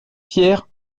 pierre